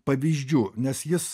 pavyzdžių nes jis